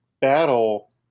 battle